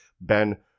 Ben